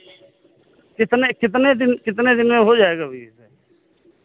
कितने कितने दिन कितने दिन में हो जाएगा भैया